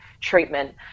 treatment